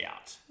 out